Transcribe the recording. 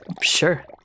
Sure